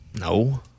No